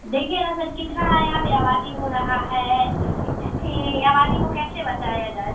देखिए ना सर कितना यहाँ पर आबादी हो रहा है ये आबादी को कैसे बचाया जाए